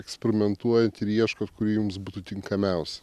eksperimentuojat ir ieškot kuri jums būtų tinkamiausia